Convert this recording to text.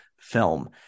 film